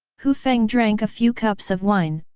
hu feng drank a few cups of wine,